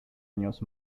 años